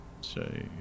say